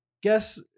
guess